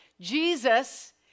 Jesus